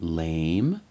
lame